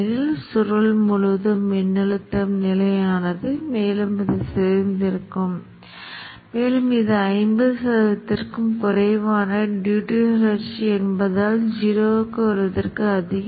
நீரோட்டங்களை அளவிட விரும்பும் இடங்களில் 0 ஆதாரங்களை வைக்கலாம் பின்னர் உருவகப்படுத்துதலில் நீங்கள் அந்த கிளை மின்னோட்டங்களைப் பெறுவீர்கள் பின்னர் அந்த கிளை மின்னோட்டங்களைக் பார்க்கலாம்